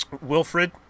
wilfred